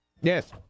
Yes